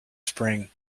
spring